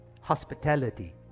Hospitality